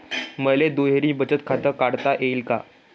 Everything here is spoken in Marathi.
मले दुहेरी बचत खातं काढता येईन का?